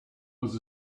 was